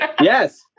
Yes